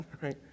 Right